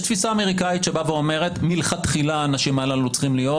יש תפיסה אמריקנית שאומרת מלכתחילה האנשים הללו צריכים להיות